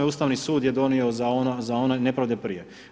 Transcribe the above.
Ustavni sud je donio za one nepravde prije.